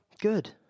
good